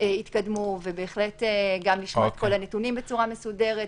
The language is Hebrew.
התקדמו וגם לשמוע את כל הנתונים בצורה מסודרת,